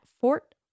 Fort